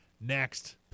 next